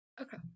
Okay